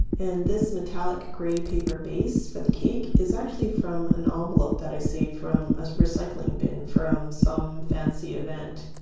and this metallic gray paper base for the cake is actually from an ah envelope that i saved from a recycling bin from some fancy event.